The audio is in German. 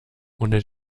ohne